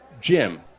Jim